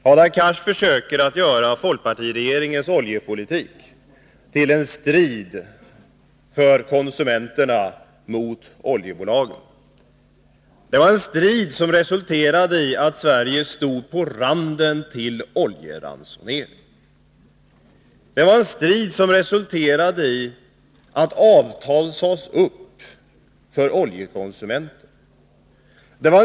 Hadar Cars försöker framställa folkpartiregeringens oljepolitik som en strid för konsumenterna mot oljebolagen. Det var en strid som resulterade i att Sverige stod på randen till oljeransonering. Den resulterade i att avtal sades upp för oljekonsumenterna.